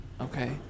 Okay